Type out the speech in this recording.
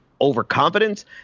overconfidence